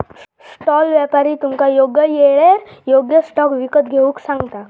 stall व्यापारी तुमका योग्य येळेर योग्य स्टॉक विकत घेऊक सांगता